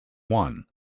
one